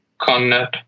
ConNet